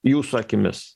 jūsų akimis